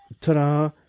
Ta-da